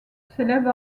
s’élève